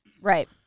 right